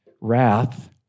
wrath